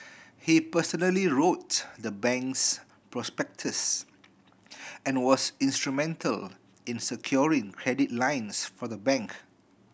he personally wrote the bank's prospectus and was instrumental in securing credit lines for the bank